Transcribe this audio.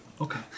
Okay